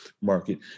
market